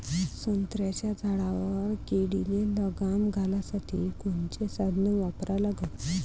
संत्र्याच्या झाडावर किडीले लगाम घालासाठी कोनचे साधनं वापरा लागन?